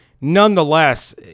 nonetheless